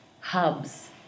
hubs